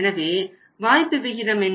எனவே வாய்ப்பு விகிதம் என்ன